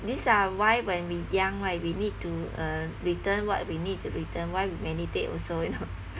these are why when we young right we need to uh return what we need to return why we meditate also you know